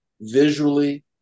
visually